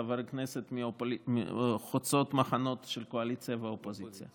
חברי כנסת חוצות מחנות של קואליציה ואופוזיציה.